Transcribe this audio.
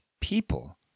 people